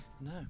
no